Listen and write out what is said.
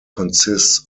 consists